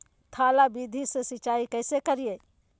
थाला विधि से सिंचाई कैसे करीये?